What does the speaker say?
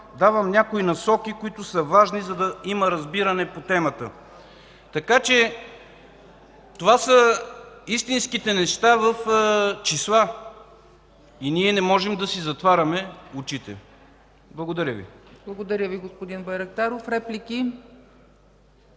давам някои насоки, които са важни, за да има разбиране по темата. Така че това са истинските неща в числа и не можем да си затваряме очите. Благодаря Ви. ПРЕДСЕДАТЕЛ ЦЕЦКА ЦАЧЕВА: Благодаря Ви, господин Байрактаров. Реплики?